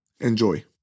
enjoy